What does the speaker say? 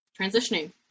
transitioning